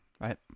right